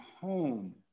home